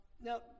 Now